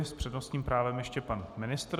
S přednostním právem ještě pan ministr.